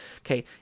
okay